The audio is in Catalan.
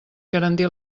garantir